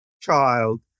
child